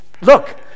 look